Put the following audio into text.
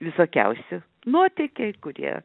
visokiausi nuotykiai kurie